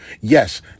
Yes